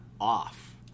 off